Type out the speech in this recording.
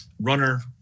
Runner